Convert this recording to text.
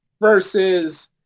Versus